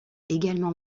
également